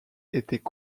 étaient